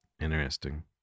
Interesting